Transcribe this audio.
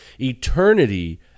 eternity